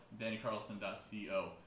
dannycarlson.co